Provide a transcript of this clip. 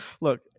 look